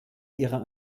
ihrer